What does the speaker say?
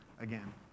again